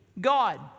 God